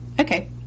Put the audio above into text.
Okay